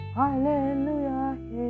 hallelujah